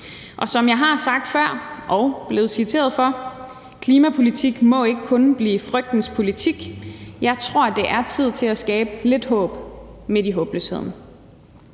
Og som jeg har sagt før og er blevet citeret for: Klimapolitik må ikke kun blive frygtens politik. Jeg tror, det er tid til at skabe lidt håb midt i håbløsheden.